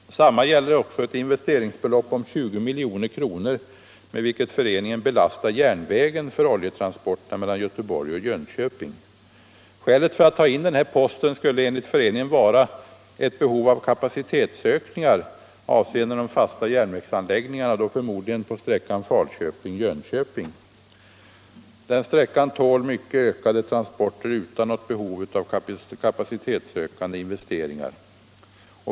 Detsamma gäller också ett investeringsbelopp om 20 milj.kr. med vilket föreningen belastar järnvägen för oljetransporterna mellan Göteborg och Jönköping. Skälet för att ta in den posten skulle enligt föreningen vara ett behov av kapacitetsökningar avseende de fasta järnvägsanläggningarna, förmodligen för sträckan Falköping-Jönköping. Den sträckan tål mycket ökade transporter utan behov av kapacitetsökande investeringar.